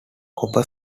copper